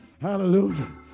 Hallelujah